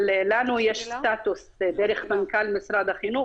אבל לנו יש סטטוס דרך מנכ"ל משרד החינוך